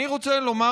אני רוצה לומר,